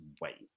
wait